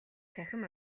цахим